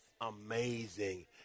amazing